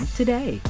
today